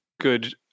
good